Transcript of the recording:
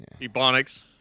Ebonics